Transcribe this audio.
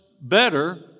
better